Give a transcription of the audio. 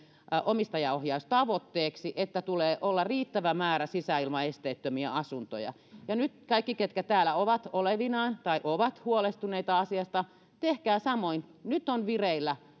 omistajaohjaustavoitteeksi että tulee olla riittävä määrä sisäilmaesteettömiä asuntoja nyt kaikki ketkä täällä ovat olevinaan tai ovat huolestuneita asiasta tehkää samoin nyt on vireillä